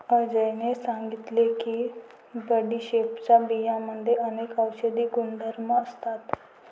अजयने सांगितले की बडीशेपच्या बियांमध्ये अनेक औषधी गुणधर्म असतात